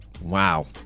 Wow